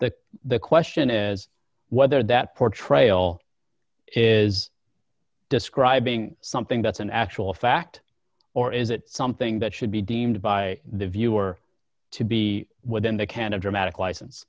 that the question is whether that portrayal is describing something that's an actual fact or is it something that should be deemed by the viewer to be within the kind of dramatic license